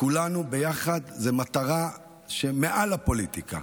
כולנו ביחד במטרה שמעל הפוליטיקה.